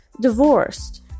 divorced